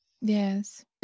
Yes